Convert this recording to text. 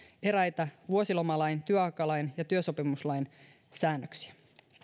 eräitä vuosilomalain työaikalain ja työsopimuslain säännöksiä